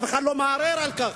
אף אחד לא מערער על כך,